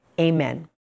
amen